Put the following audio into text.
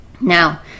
Now